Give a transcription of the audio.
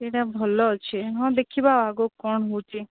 ସେଇଟା ଭଲ ଅଛି ହଁ ଦେଖିବା ଆଗକୁ କ'ଣ ହେଉଛି